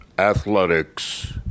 Athletics